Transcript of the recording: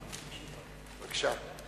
בבקשה.